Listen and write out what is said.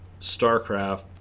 Starcraft